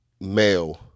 male